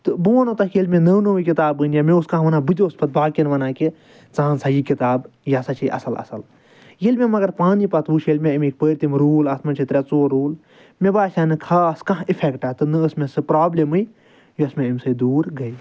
تہٕ بہٕ وَنو تۄہہِ کیازِ مےٚ نٔو نٔوے کِتاب أنۍ یا مےٚ اوس کانٛہہ وَنان بہٕ تہِ اوسُس پَتہٕ باقیَن وَنان کہ ژٕ اَن سا یہِ کِتاب یہِ ہَسا چھے اصل اصل ییٚلہِ مےٚ مگر پانہٕ یہِ پَتہٕ وچھ ییٚلہِ مےٚ امیُک پٔرۍ تِم روٗل اتھ مَنٛز چھِ ترےٚ ژور روٗل مےٚ باسیو نہٕ خاص کانٛہہ اِفیٚکٹہَ نہ ٲس مےٚ سۄ پرابلِمے یوٚس مےٚ امہ سۭتۍ دوٗر گے